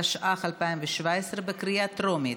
התשע"ח 2017, בקריאה טרומית.